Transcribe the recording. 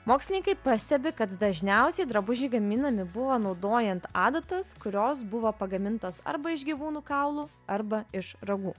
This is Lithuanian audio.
mokslininkai pastebi kad dažniausiai drabužiai gaminami buvo naudojant adatas kurios buvo pagamintos arba iš gyvūnų kaulų arba iš ragų